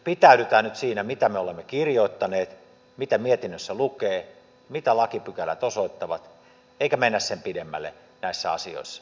pitäydytään nyt siinä mitä me olemme kirjoittaneet mitä mietinnössä lukee mitä lakipykälät osoittavat eikä mennä sen pidemmälle näissä asioissa